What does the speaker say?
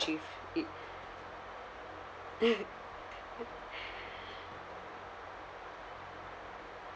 achieve it